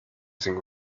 getting